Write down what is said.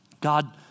God